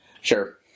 Sure